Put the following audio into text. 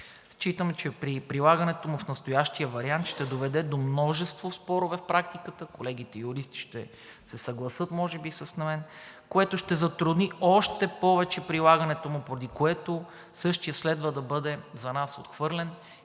Считам, че при прилагането му в настоящия вариант ще доведе до множество спорове в практиката. Колегите юристи ще се съгласят може би с мен, което ще затрудни още повече прилагането му, поради което същият следва да бъде за нас отхвърлен